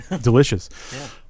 Delicious